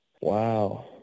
Wow